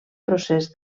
procés